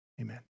Amen